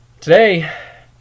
Today